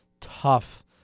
tough